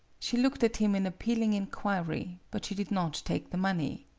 she looked at him in appealing inquiry, but she did not take the money.